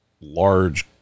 large